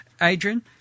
Adrian